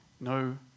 no